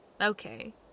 Okay